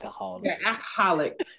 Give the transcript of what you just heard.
alcoholic